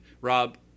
Rob